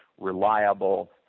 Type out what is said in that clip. reliable